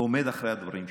עומד מאחורי הדברים שאמרתי.